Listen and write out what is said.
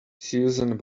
susan